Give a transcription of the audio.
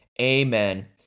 Amen